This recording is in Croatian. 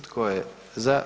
Tko je za?